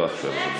לא עכשיו,